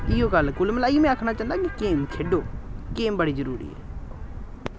इ'यो गल्ल ऐ कुल मिलाइयै में आखना चाह्न्नां कि गेम खेढो गेम बड़ी जरूरी ऐ